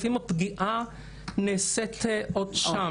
לפעמים הפגיעה נעשית עוד שם.